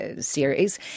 series